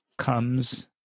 comes